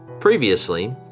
Previously